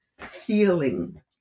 feeling